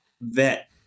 vet